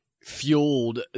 fueled